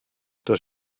does